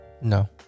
No